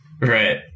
Right